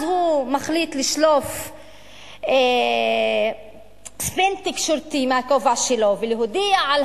אז הוא מחליט לשלוף ספין תקשורתי מהכובע שלו ולהודיע על